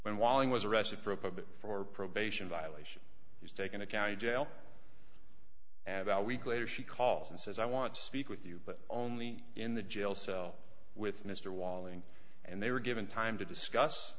when whiling was arrested for up a bit for a probation violation he's taken a county jail and our week later she calls and says i want to speak with you but only in the jail cell with mr walling and they were given time to discuss